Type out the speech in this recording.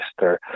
Mr